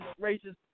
racist